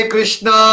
Krishna